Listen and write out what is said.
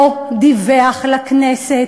לא דיווח לכנסת